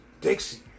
Dixie